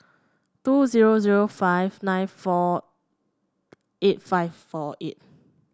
two zero zero five nine four eight five four eight